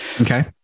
Okay